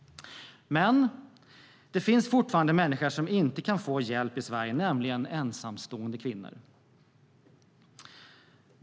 Men det finns fortfarande människor som inte kan få hjälp i Sverige, nämligen ensamstående kvinnor.